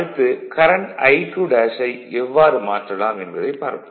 அடுத்து current I2' ஐ எவ்வாறு மாற்றலாம் என்பதைப் பார்ப்போம்